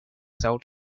cell